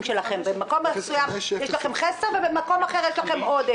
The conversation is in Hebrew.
שלכם במקום מסוים יש לכם חסר ובמקום מסוים יש לכם עודף.